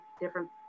different